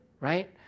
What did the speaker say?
right